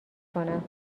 کنم